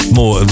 more